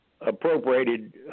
appropriated